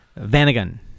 Vanagon